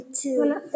two